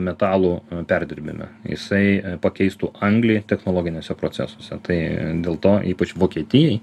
metalų perdirbime jisai pakeistų anglį technologiniuose procesuose tai dėl to ypač vokietijai